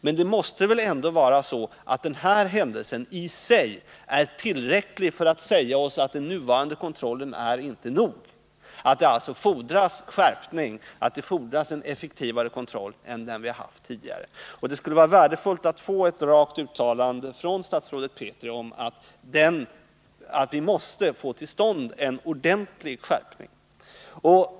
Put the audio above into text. Men det måste väl ändå vara så, att denna händelse i sig är tillräcklig för att säga oss att den nuvarande kontrollen inte är nog, att det alltså fordras skärpning och att det fordras effektivare kontroll än den vi haft tidigare. Det skulle vara värdefullt att få ett rakt uttalande från statsrådet Petri om att vi måste få till stånd en ordentlig skärpning.